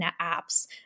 apps